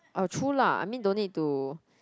uh true lah I mean don't need to